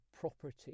property